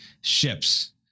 ships